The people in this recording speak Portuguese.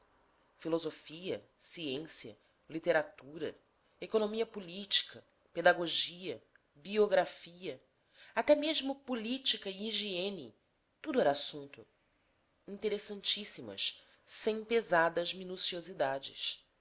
filosofia ciência literatura economia política pedagogia biografia até mesmo política e higiene tudo era assunto interessantíssimas sem pesadas minuciosidades